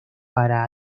para